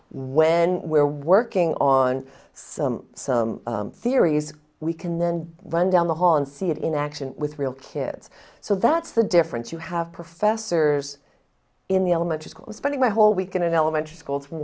when we're working on some theories we can then run down the hall and see it in action with real kids so that's the difference you have professors in the elementary school was spending my whole weekend in elementary school